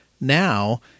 Now